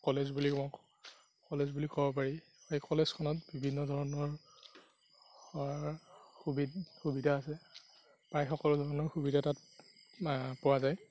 college বুলি কওঁ college বুলি ক'ব পাৰি এই কলেজখনত বিভিন্ন ধৰণৰ অৰ সুবি সুবিধা আছে প্ৰায় সকলো ধৰণৰ সুবিধা তাত পোৱা যায়